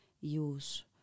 use